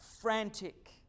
Frantic